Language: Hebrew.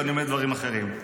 ואני אומר דברים אחרים.